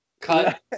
Cut